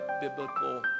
biblical